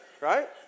right